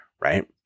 right